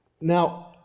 Now